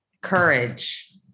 courage